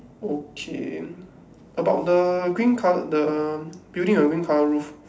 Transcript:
okay about the green col~ the building the green colour roof